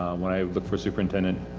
when i look for superintendent,